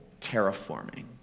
terraforming